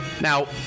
Now